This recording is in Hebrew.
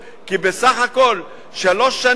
כי בסך הכול שלוש שנים,